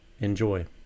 enjoy